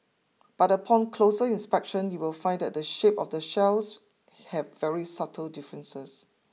but upon closer inspection you will find that the shape of the shells have very subtle differences